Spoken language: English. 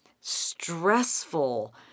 stressful